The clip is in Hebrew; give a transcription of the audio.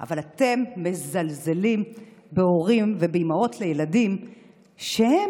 אתם מזלזלים בהורים ובאימהות לילדים שהם